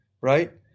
right